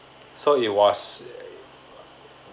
so it was a